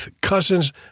cousins